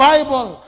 Bible